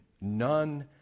None